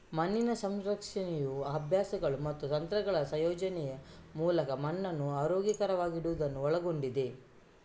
ಮಣ್ಣಿನ ಸಂರಕ್ಷಣೆಯು ಅಭ್ಯಾಸಗಳು ಮತ್ತು ತಂತ್ರಗಳ ಸಂಯೋಜನೆಯ ಮೂಲಕ ಮಣ್ಣನ್ನು ಆರೋಗ್ಯಕರವಾಗಿಡುವುದನ್ನು ಒಳಗೊಂಡಿದೆ